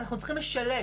אנחנו צריכים לשלש.